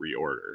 reorder